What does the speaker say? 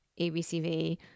ABCV